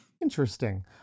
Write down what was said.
Interesting